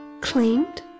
Claimed